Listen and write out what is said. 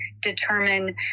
determine